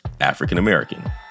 African-American